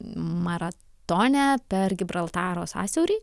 maratone per gibraltaro sąsiaurį